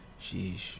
Sheesh